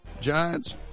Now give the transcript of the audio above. Giants